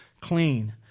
clean